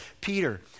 Peter